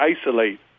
isolate